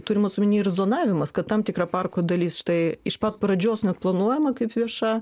turimas omeny ir zonavimas kad tam tikra parko dalis štai iš pat pradžios net planuojama kaip vieša